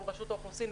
מול רשות האוכלוסין,